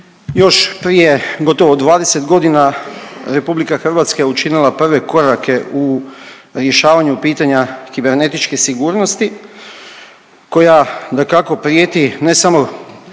Još prije gotovo 20 godina, RH je učinila prve korake u rješavanju pitanja kibernetičke sigurnosti, koja dakako, prijeti, ne samo